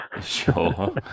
Sure